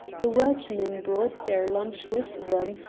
the workmen brought their lunch with them,